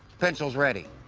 pencils ready.